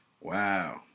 Wow